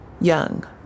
Young